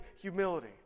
humility